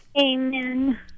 Amen